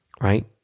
right